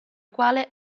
quale